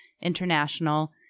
international